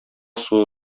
суы